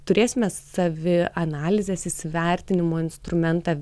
turėsime savianalizės įsivertinimo instrumentą